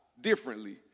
differently